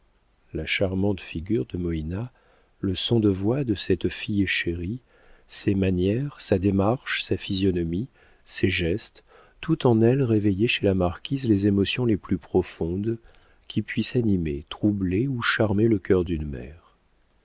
la charmante figure de moïna le son de voix de cette fille chérie ses manières sa démarche sa physionomie ses gestes tout en elle réveillait chez la marquise les émotions les plus profondes qui puissent animer troubler ou charmer le cœur d'une mère